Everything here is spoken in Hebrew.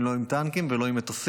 היא לא עם טנקים ולא עם מטוסים.